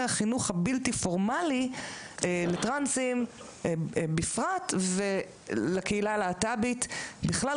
החינוך הבלתי פורמלי לטרנסים בפרט ולקהילה הלהט"בית בכלל,